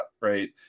right